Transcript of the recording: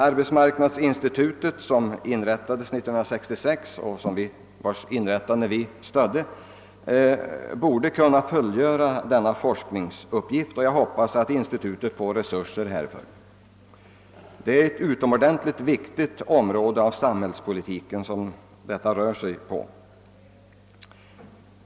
Arbetsmarknadsinstitutet, som inrättades 1966 och vars inrättande vi stödde, borde kunna fullgöra denna forskningsuppgift, och jag hoppas institutet får resurser härför. Detta gäller ett utomordentligt viktigt område inom samhällspolitiken.